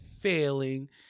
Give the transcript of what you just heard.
failing